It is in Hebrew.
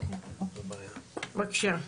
בבקשה.